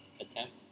attempt